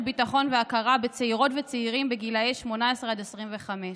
ביטחון והכרה בצעירות וצעירים בני 18 25,